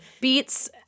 beats